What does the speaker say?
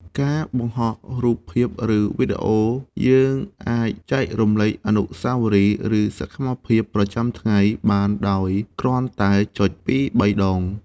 ការបង្ហោះរូបភាព ឬវីដេអូយើង អាចចែករំលែកអនុស្សាវរីយ៍ ឬសកម្មភាពប្រចាំថ្ងៃបានដោយគ្រាន់តែចុចពីរបីដង។